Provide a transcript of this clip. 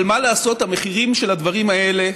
אבל מה לעשות, המחירים של הדברים האלה,